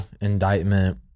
indictment